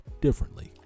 differently